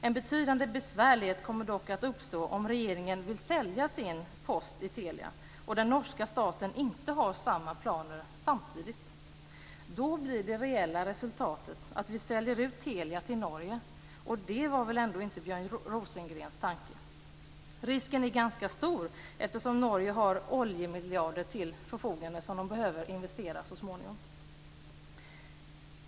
En betydande besvärlighet kommer dock att uppstå om regeringen vill sälja sin post i Telia och den norska staten inte har samma planer samtidigt. Då blir det reella resultatet att vi säljer ut Telia till Norge, och det var väl ändå inte Björn Rosengrens tanke. Denna risk är ganska stor, eftersom Norge har oljemiljarder till sitt förfogande som man så småningom behöver investera.